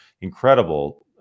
Incredible